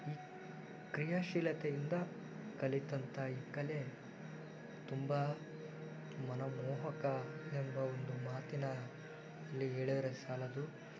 ಈ ಕ್ರಿಯಾಶೀಲತೆಯಿಂದ ಕಲಿತಂಥ ಈ ಕಲೆ ತುಂಬ ಮನಮೋಹಕ ಎಂದು ಒಂದು ಮಾತಿನಲ್ಲಿ ಹೇಳಿದರೆ ಸಾಲದು